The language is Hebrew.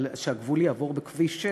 שהגבול יעבור בכביש 6,